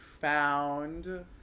found